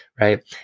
Right